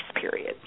period